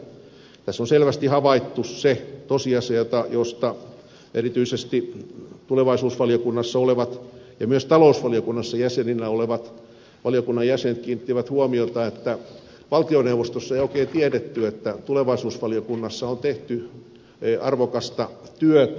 tässä on selvästi havaittu se tosiasia johon erityisesti tulevaisuusvaliokunnassa olevat ja myös talousvaliokunnassa jäseninä olevat valiokunnan jäsenet kiinnittivät huomiota eli se että valtioneuvostossa ei oikein tiedetty että tulevaisuusvaliokunnassa on tehty arvokasta työtä